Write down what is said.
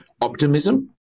optimism